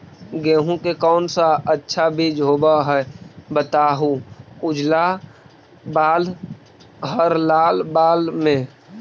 गेहूं के कौन सा अच्छा बीज होव है बताहू, उजला बाल हरलाल बाल में?